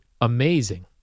amazing